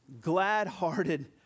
glad-hearted